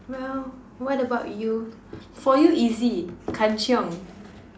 well what about you for you easy kanchiong